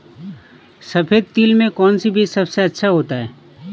सफेद तिल में कौन सा बीज सबसे अच्छा होता है?